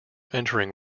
entering